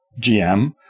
GM